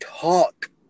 talk